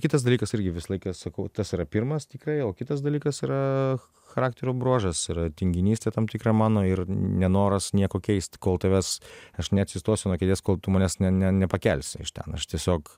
kitas dalykas irgi visą laiką sakau tas yra pirmas tikrai o kitas dalykas yra charakterio bruožas yra tinginystė tam tikra mano ir nenoras nieko keist kol tavęs aš neatsistosiu nuo kėdės kol tu manęs ne ne nepakelsi iš ten aš tiesiog